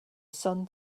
sun